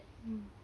mm